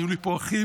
היו לי פה אחים,